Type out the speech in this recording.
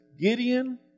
Gideon